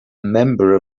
member